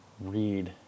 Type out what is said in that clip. read